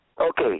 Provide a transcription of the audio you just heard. Okay